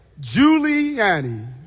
Giuliani